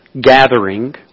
gathering